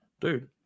Dude